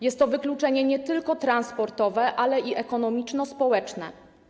Jest to wykluczenie nie tylko transportowe, ale i ekonomiczno-społeczne.